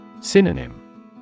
Synonym